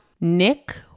Nick